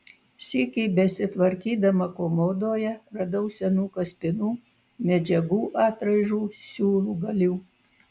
sykį besitvarkydama komodoje radau senų kaspinų medžiagų atraižų siūlgalių